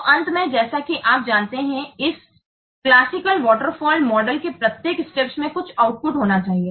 तो अंत में जैसा कि आप जानते हैं कि इस क्लासिकल वॉटर फॉल मॉडल के प्रत्येक स्टेप्स में कुछ आउटपुट होना चाहिए